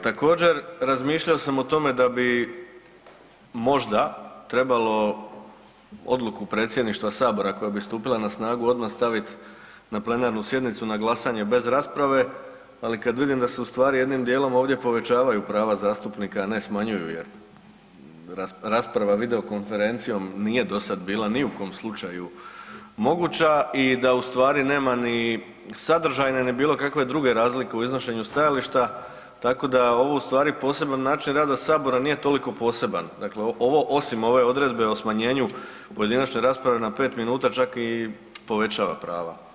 Također razmišljao sam o tome da bi možda trebalo odluku Predsjedništva Sabora koja bi stupila na snagu odmah staviti na plenarnu sjednicu na glasanje bez rasprave, ali kada vidim da se jednim dijelom ovdje povećavaju prava zastupnika, a ne smanjuju jer rasprava video konferencijom nije do sada bila ni u kom slučaju moguća i da nema ni sadržajne ni bilo kakve druge razlike u iznošenju stajališta, tako da ovaj poseban način rada Sabora nije toliko poseban osim ove odredbe o smanjenju pojedinačne rasprave na pet minuta čak i povećava prava.